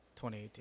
2018